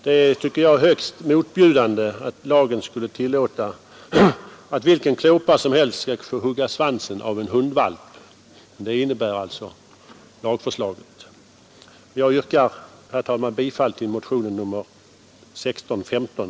Jag tycker det är högst motbjudande att lagen tillåter vilken klåpare som helst att hugga svansen av en hundvalp — detta tillåter alltså lagförslaget. Jag yrkar, herr talman, bifall till motionen 1615.